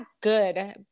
good